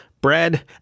bread